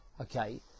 okay